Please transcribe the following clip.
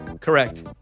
Correct